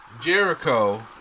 Jericho